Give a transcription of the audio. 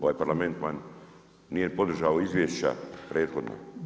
Ovaj Parlament vam nije podržao izvješća prethodna.